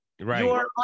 Right